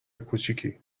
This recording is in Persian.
کوچیکی